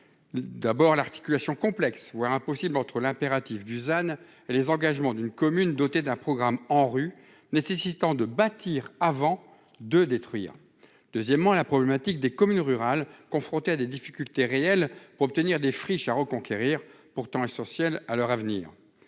d'abord l'articulation complexe, voire impossible, entre l'impératif Dusan les engagements d'une commune, dotée d'un programme ANRU nécessitant de bâtir avant de détruire, deuxièmement la problématique des communes rurales, confrontées à des difficultés réelles pour obtenir des friches à reconquérir pourtant essentiels à leur avenir,